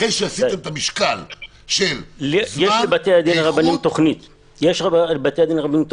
אחרי שעשיתם את המשקל של --- יש לבתי-הדין הרבניים תוכנית.